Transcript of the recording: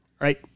right